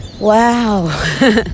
Wow